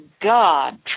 God